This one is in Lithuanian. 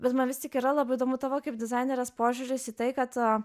bet man vis tik yra labai įdomu tavo kaip dizainerės požiūris į tai kad